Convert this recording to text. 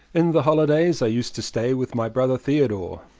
in the holidays i used to stay with my brother theodore,